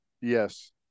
Yes